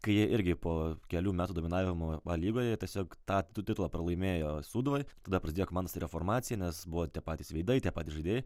kai jie irgi po kelių metų dominavimo a lygoje jie tiesiog tą titulą pralaimėjo sūduvai tada prasidėjo komandos reformacija nes buvo tie patys veidai tie patys žaidėjai